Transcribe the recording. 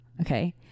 Okay